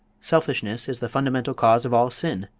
selfishness is the fundamental cause of all sin,